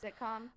sitcom